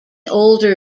older